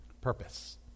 Purpose